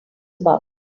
about